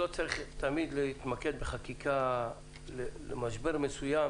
לא צריך תמיד להתמקד בחקיקה על משבר מסוים.